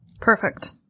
Perfect